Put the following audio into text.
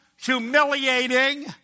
humiliating